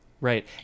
right